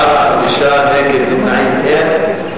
בעד, 5. נגד, נמנעים, אין.